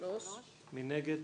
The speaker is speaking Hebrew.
מי נגד?